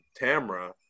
Tamra